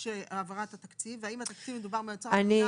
אני רוצה להבין האם מדובר על תקציב מאוצר המדינה,